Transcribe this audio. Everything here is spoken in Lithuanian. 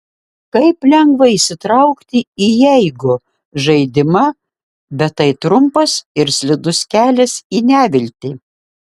kaip lengva įsitraukti į jeigu žaidimą bet tai trumpas ir slidus kelias į neviltį